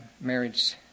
marriage